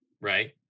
right